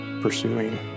pursuing